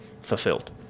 fulfilled